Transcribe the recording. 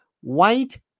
White